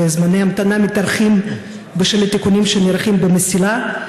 וזמני ההמתנה מתארכים בשל התיקונים שנערכים במסילה.